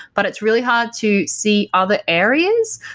but it's really hard to see other areas.